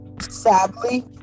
sadly